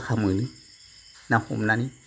थाखा मोनो ना हमनानै